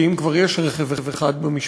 כי אם כבר יש רכב אחד במשפחה,